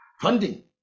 Funding